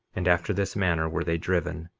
and after this manner were they driven.